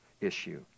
issue